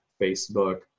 Facebook